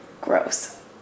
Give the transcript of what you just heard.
Gross